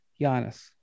Giannis